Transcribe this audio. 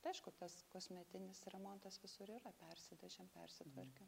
tai aišku tas kosmetinis remontas visur yra persidažėm persitvarkėm